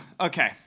Okay